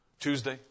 Tuesday